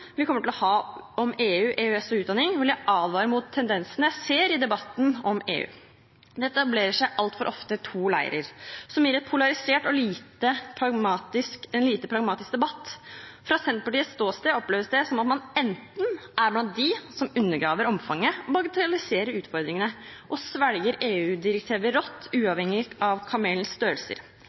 vi kommer til å ha om EU, EØS og utdanning, vil jeg advare mot tendensen jeg ser i debatten om EU. Det etablerer seg altfor ofte to leirer, som gir en polarisert og lite pragmatisk debatt. Fra Senterpartiets ståsted oppleves det som om man enten er blant dem som undergraver omfanget og bagatelliserer utfordringene, og svelger EU-direktiver rått, uavhengig av